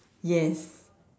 yes